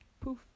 poof